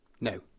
No